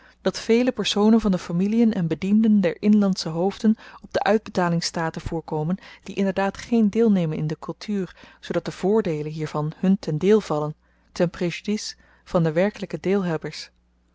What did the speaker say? dat vele personen van de familien en bedienden der inlandsche hoofden op de uitbetalingstaten voorkomen die inderdaad geen deel nemen in de kultuur zoodat de voordeelen hiervan hun ten deel vallen ten préjudice van de werkelijke